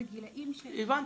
זה גילאים --- הבנתי.